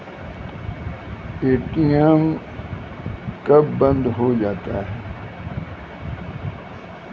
ATM कब बंद हो जाता हैं?